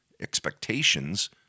expectations